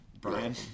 Brian